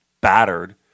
battered